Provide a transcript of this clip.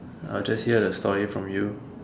I'll just hear the story from you